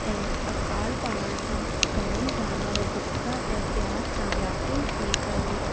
ऐं अकाल पवण सां घणेई जानवार बुख ऐं प्यास सां व्याकुल थी करे